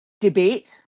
debate